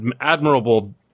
admirable